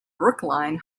brookline